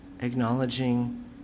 acknowledging